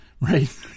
Right